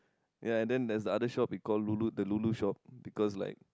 ya then there's the other shop we call lulu the lulu shop because like